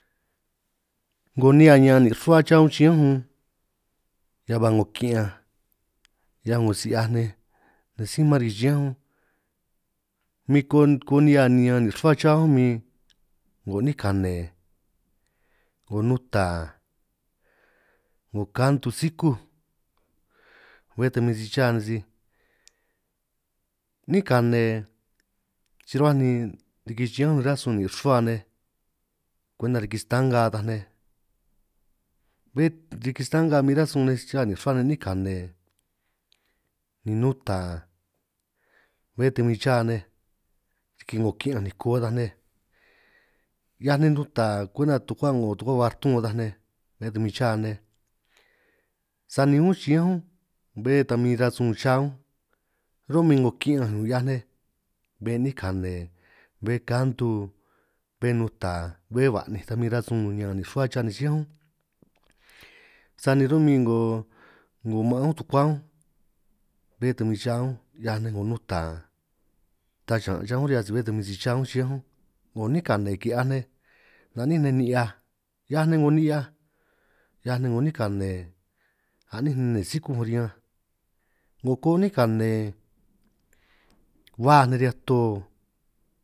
'Ngo nihia ñaan nin' ruhua cha únj chiñánj únj nnga ba ki'ñanj 'hiaj 'ngo si 'hiaj nej sí man riki chiñán únj min ko koo nihia niñan nin' ruhua chaj únj min 'ngo 'nín kane 'ngo nuta 'ngo kantu sikúj bé ta min si cha nej sij 'nín kane si rruhuaj ni riki xiñánj únj ránj sun ne' nin' rruhua nej kwenta riki sta'nga taj nej bé riki sta'nga min ránj sun nej cha nin' rruhua nej 'nín kane ni nuta bé ta huin cha nej riki 'ngo ki'ñanj niko taj nej 'hiaj nej nuta kwenta tukuá 'ngo tun ataj nej bé ta min cha nej sani únj xiñánj bé ta mi ránj sun cha únj ro'min 'ngo kiñanj 'hiaj nej bé 'nín kane bé kantu bé nuta bé ba'ninj ta min ránj sun ñaan nin' rruhua cha nej xiñánj únj sani ro'min 'ngo maan únj tukuá únj bé tan huin cha únj 'hiaj nej 'ngo nuta ta xiñan' cha únj ri'hia si bé ta min si cha nej únj xiñánj únj 'ngo 'nín kane ki'hiaj nej na'nínj nej ni'hiaj 'hiaj nej 'ngo ni'hiaj 'hiaj nej 'ngo 'nín kane a'nín nnee sikúj riñanj 'ngo koo 'nín kane huaj nej riñan to.